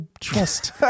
trust